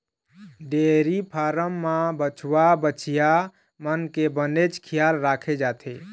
dairy farm म बछवा, बछिया मन के बनेच खियाल राखे जाथे